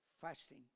fasting